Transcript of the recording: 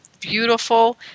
Beautiful